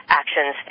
actions